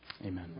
amen